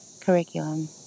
curriculum